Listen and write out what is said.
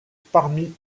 parmi